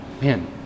Man